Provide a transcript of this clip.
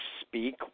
speak